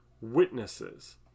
witnesses